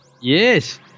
yes